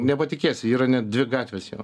nepatikėsi yra net dvi gatvės jau